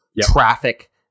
traffic